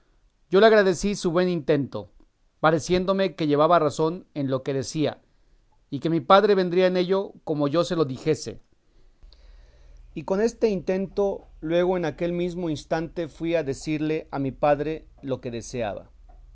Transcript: yo le agradecí su buen intento pareciéndome que llevaba razón en lo que decía y que mi padre vendría en ello como yo se lo dijese y con este intento luego en aquel mismo instante fui a decirle a mi padre lo que deseaba